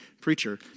Preacher